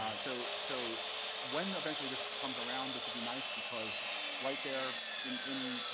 ah so so when eventually this comes around, this will be nice because right there in in